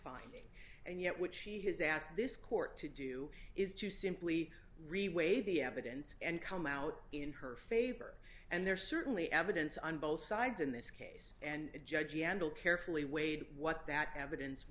finding and yet which she has asked this court to do is to simply re weigh the evidence and come out in her favor and there certainly evidence on both sides in this case and judge yandell carefully weighed what that evidence